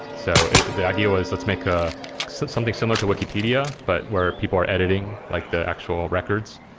so the idea was let's make ah something similar to wikipedia, but where people are editing like the actual records.